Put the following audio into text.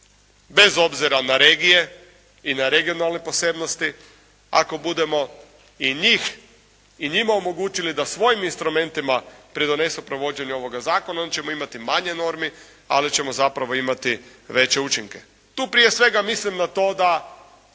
bez obzira na regije i na regionalne posebnosti, ako budemo i njima omogućili da svojim instrumentima pridonesu provođenju ovog zakona onda ćemo imati manje normi ali ćemo zapravo imati veće učinke. Tu prije svega mislim na to da